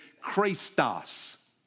Christos